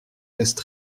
laissent